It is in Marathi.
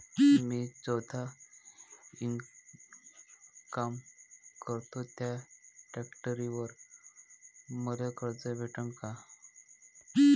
मी सौता इनकाम करतो थ्या फॅक्टरीवर मले कर्ज भेटन का?